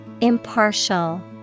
Impartial